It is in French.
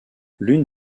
l’une